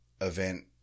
event